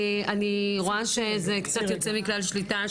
אני רואה שזה קצת יוצא מכלל שליטה.